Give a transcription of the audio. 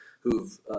who've